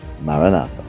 Maranatha